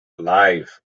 live